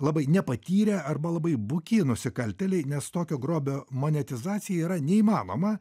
labai nepatyrę arba labai buki nusikaltėliai nes tokio grobio monetizacija yra neįmanoma